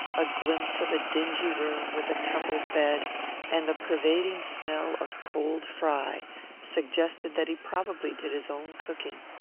a glimpse of a dingy room with a tumbled bed and the pervading smell of cold fry suggested that he probably did his own cooking.